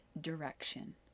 direction